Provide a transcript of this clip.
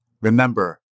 Remember